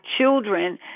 children